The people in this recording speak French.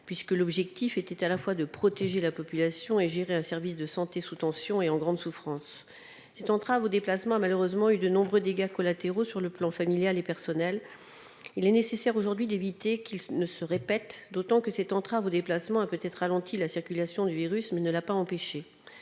puisque l'objectif était à la fois de protéger la population et de gérer un système de santé sous tension et en grande souffrance. Cette entrave aux déplacements a malheureusement causé de nombreux dégâts collatéraux sur les plans familial et personnel. Il est d'autant plus nécessaire aujourd'hui d'éviter qu'ils ne se répètent que cette entrave aux déplacements a peut-être ralenti la circulation du virus, mais ne l'a pas empêchée.